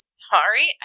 sorry